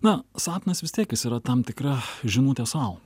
na sapnas vis tiek jis yra tam tikra žinutė sau